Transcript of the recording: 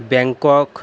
Bangkok